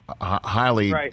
Highly